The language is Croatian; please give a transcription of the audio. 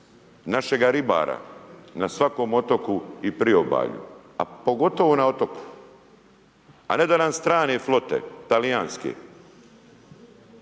našega ribara na svakom otoku i priobalju, a pogotovo na otoku, a ne da nam strane flote talijanske,